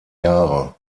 jahre